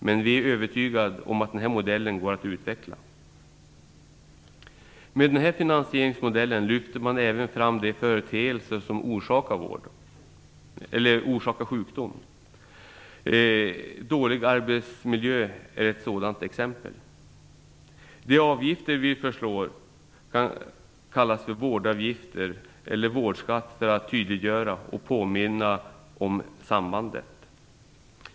Men vi är övertygade om att den här modellen går att utveckla. Med den här finansieringsmodellen lyfter man även fram de företeelser som orsakar sjukdom. Dålig arbetsmiljö är ett sådant exempel. De avgifter vi föreslår kan kallas för vårdavgifter eller vårdskatt för att tydliggöra och påminna om sambandet.